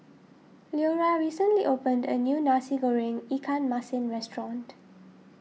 Leora recently opened a new Nasi Goreng Ikan Masin restaurant